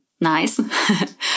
nice